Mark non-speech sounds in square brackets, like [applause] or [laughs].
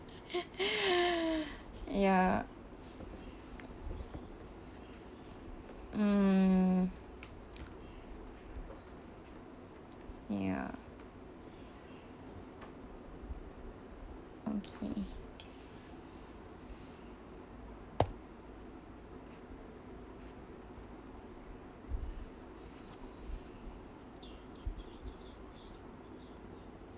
[laughs] ya mm ya okay